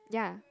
yeah